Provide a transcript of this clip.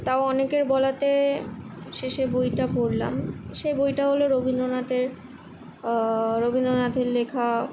তাও অনেকের বলাতে শেষে বইটা পড়লাম সে বইটা হলো রবীন্দ্রনাথের রবীন্দ্রনাথের লেখা